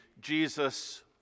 Jesus